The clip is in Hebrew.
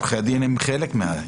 עורכי הדין הם חלק מזה.